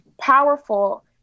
powerful